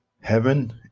heaven